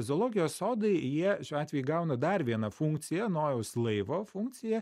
zoologijos sodai jie šiuo atveju įgauna dar vieną funkciją nojaus laivo funkciją